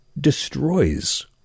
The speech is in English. destroys